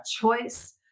choice